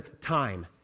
time